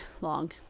long